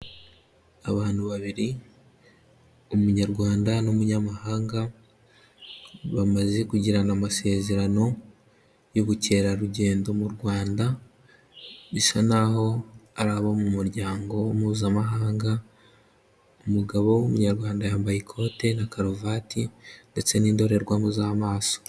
Abantu babiri Umunyarwanda n'umunyamahanga, bamaze kugirana amasezerano y'ubukerarugendo mu Rwanda bisa n'aho ari abo mu muryango Mpuzamahanga, umugabo w'Umunyarwanda yambaye ikote na karuvate ndetse n'indorerwamo z'amaso.